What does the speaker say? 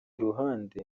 ruhande